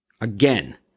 Again